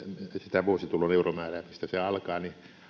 sitä vuositulon euromäärää mistä se alkaa